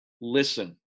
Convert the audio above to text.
listen